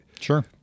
Sure